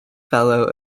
fellow